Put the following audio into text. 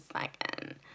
second